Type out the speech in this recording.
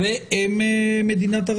צהריים טובים.